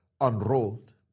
unrolled